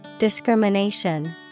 Discrimination